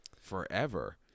forever